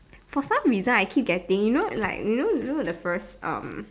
for some reason I keep getting you know like you know you know the first um